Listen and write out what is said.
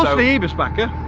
so the eberspacher.